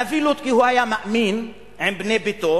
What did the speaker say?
הנביא לוט היה מאמין עם בני ביתו,